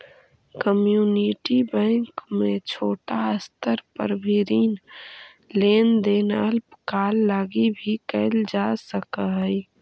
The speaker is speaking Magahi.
कम्युनिटी बैंक में छोटा स्तर पर भी ऋण लेन देन अल्पकाल लगी भी कैल जा सकऽ हइ